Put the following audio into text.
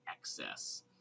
excess